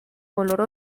color